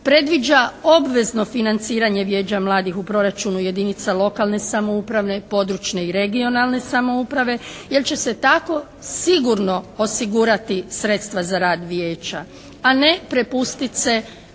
predviđa obvezno financiranje Vijeća mladih u proračunu jedinica lokalne samouprave, područne i regionalne samouprave jer će se tako sigurno osigurati sredstva za rad Vijeća, a ne prepustiti se